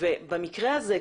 במקרה הזה,